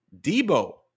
Debo